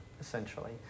essentially